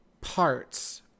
parts